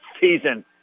season